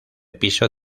piso